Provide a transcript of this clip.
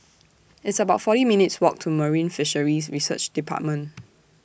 It's about forty minutes' Walk to Marine Fisheries Research department